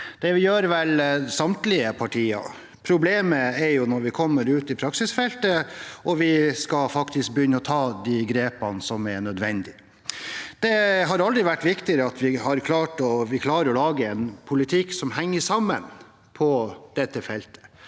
Det gjør vel samtlige partier. Problemet er når vi kommer ut i praksisfeltet og faktisk skal begynne å ta de grepene som er nødvendig. Det har aldri vært viktigere at vi klarer å lage en politikk som henger sammen på dette feltet.